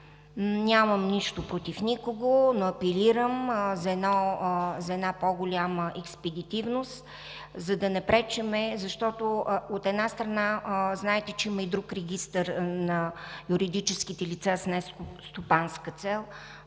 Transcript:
Нямам нищо против никого, но апелирам за една по-голяма експедитивност, за да не пречим, защото, от една страна, знаете, че има и друг регистър на юридическите лица с нестопанска цел,